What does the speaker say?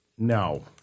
No